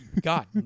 God